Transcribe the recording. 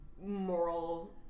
moral